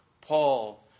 Paul